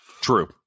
True